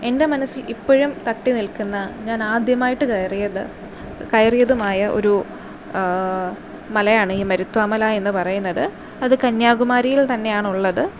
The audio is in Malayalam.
എന്റെ മനസ്സിൽ ഇപ്പോഴും തട്ടി നിൽക്കുന്ന ഞാൻ ആദ്യമായിട്ട് കയറിയത് കയറിയതുമായ ഒരു മലയാണ് ഈ മരുത്വ മല എന്ന് പറയുന്നത് അത് കന്യാകുമാരിയിൽ തന്നെയാണ് ഉള്ളത്